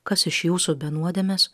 kas iš jūsų be nuodėmės